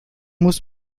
muss